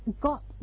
got